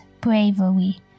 bravery